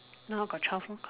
now I got twelve lor